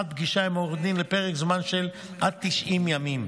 פגישה עם עורך דין לפרק זמן של עד 90 ימים.